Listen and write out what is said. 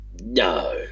No